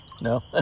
No